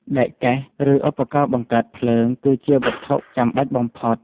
ដែកកេះ ឬឧបករណ៍បង្កើតភ្លើងគឺជាវត្ថុចាំបាច់បំផុត។